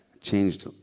changed